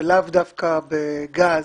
ולא דווקא בגז,